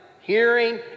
hearing